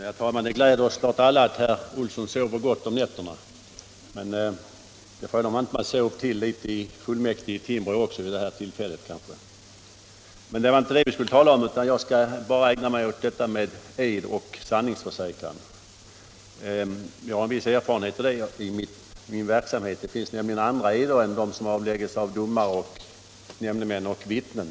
Herr talman! Det gläder naturligtvis oss alla att herr Olsson i Timrå sover gott om nätterna. Men jag undrar om han inte somnade till litet i fullmäktige i Timrå också vid det där tillfället. Det var emellertid inte det vi skulle tala om, och jag skall bara ägna mig åt detta med ed och sanningsförsäkran. Jag har en viss erfarenhet av det i min verksamhet. Det finns nämligen andra eder än de som avläggs av domare, nämndemän och vittnen.